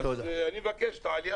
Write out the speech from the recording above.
אז אני מבקש שתהיה העלייה